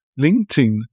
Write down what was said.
LinkedIn